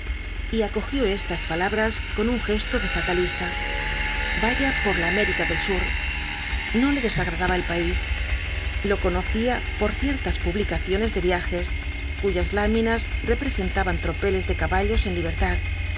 y acogió estas palabras con un gesto de fatalista vaya por la amé rica del sur no le desagradaba el país lo conocía por ciertas publicaciones de viajes cuyas láminas representaban tropeles de caballos en libertad